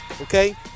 Okay